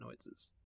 noises